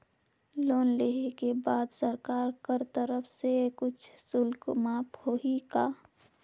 Loan लेहे के बाद सरकार कर तरफ से कुछ शुल्क माफ होही का?